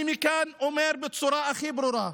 אני מכאן אומר בצורה הכי ברורה: